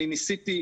אני ניסיתי,